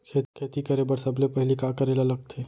खेती करे बर सबले पहिली का करे ला लगथे?